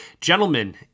Gentlemen